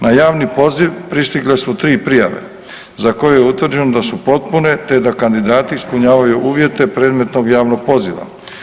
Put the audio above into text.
Na javni poziv pristigle su tri prijave za koje je utvrđeno da su potpune te da kandidati ispunjavaju uvjete predmetnog javnog poziva.